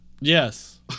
Yes